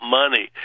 money